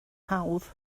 hawdd